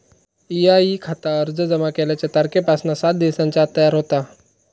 EIE खाता अर्ज जमा केल्याच्या तारखेपासना सात दिवसांच्या आत तयार होता